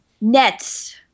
nets